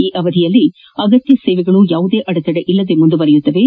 ಈ ಅವಧಿಯಲ್ಲಿ ಅಗತ್ಯ ಸೇವೆಗಳು ಯಾವುದೇ ಅಡೆತಡೆಯಿಲ್ಲದೆ ಮುಂದುವರಿಯಲಿದ್ದು